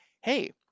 hey